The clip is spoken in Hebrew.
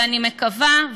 ואני מקווה,